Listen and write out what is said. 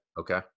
Okay